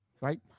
Right